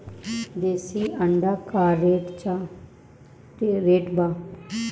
देशी अंडा का रेट बा?